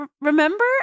remember